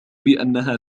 بأنها